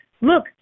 look